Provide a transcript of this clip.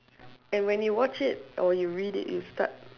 and when you watch it or you read it you start